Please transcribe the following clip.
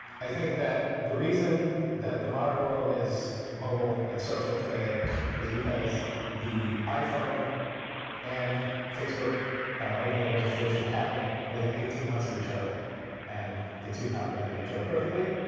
i think that the reason that the modern world is mobile and social today is because the iphone and facebook opening registration happened within eighteen months of each other and the two complemented each other perfectly.